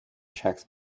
checks